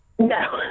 No